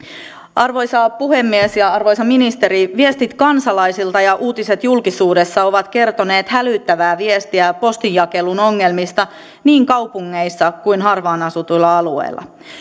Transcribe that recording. arvoisa puhemies ja arvoisa ministeri viestit kansalaisilta ja uutiset julkisuudessa ovat kertoneet hälyttävää viestiä postinjakelun ongelmista niin kaupungeissa kuin harvaan asutuilla alueilla